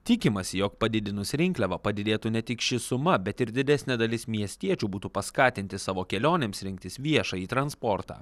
tikimasi jog padidinus rinkliavą padidėtų ne tik ši suma bet ir didesnė dalis miestiečių būtų paskatinti savo kelionėms rinktis viešąjį transportą